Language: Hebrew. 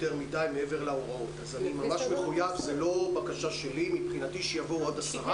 ה-9 ימים המדוברים הם בגין הימים שלפני פסח.